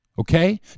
Okay